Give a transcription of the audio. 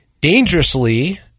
dangerously